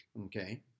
Okay